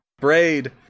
Braid